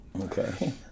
Okay